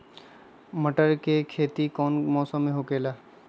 मटर के खेती कौन मौसम में होखेला?